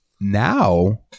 now